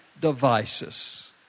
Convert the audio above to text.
devices